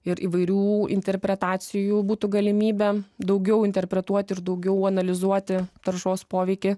ir įvairių interpretacijų būtų galimybė daugiau interpretuoti ir daugiau analizuoti taršos poveikį